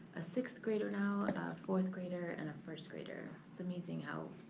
a sixth grader now, a fourth grader and a first grader. it's amazing how,